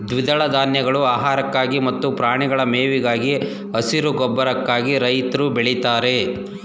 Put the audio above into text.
ದ್ವಿದಳ ಧಾನ್ಯಗಳು ಆಹಾರಕ್ಕಾಗಿ ಮತ್ತು ಪ್ರಾಣಿಗಳ ಮೇವಿಗಾಗಿ, ಹಸಿರು ಗೊಬ್ಬರಕ್ಕಾಗಿ ರೈತ್ರು ಬೆಳಿತಾರೆ